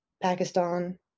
Pakistan